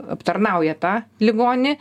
aptarnauja tą ligonį